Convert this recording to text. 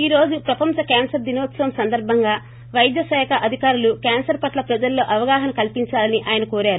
ఈ రోజు ప్రపంచ క్యాన్సర్ దినోత్సవం సందర్భంగా వైద్య శాఖ అధికారులు క్యాన్సర్ పట్ల ప్రజల్లో అవగాహన కల్పించాలని ఆయన కోరారు